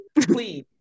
please